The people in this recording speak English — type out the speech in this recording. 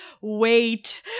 wait